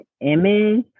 image